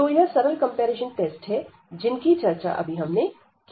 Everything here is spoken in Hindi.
तो यह सरल कंपैरिजन टेस्ट है जिनकी चर्चा अभी हमने की